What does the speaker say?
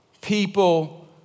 People